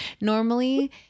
Normally